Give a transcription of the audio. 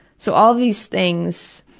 so all these things